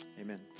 Amen